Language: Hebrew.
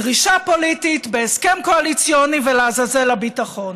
דרישה פוליטית בהסכם קואליציוני, ולעזאזל הביטחון.